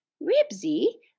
Ribsy